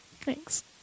Thanks